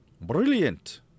brilliant